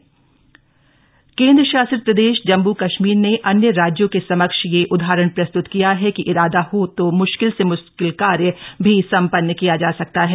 J&K Ladakh विकास केन्द्र शासित प्रदेश जम्मू कश्मीर ने अन्य राज्यों के समक्ष यह उदाहरण प्रस्त्त किया है कि इरादा हो तो मुश्किल से मुश्किल कार्य भी सम्पन्न किया जा सकता है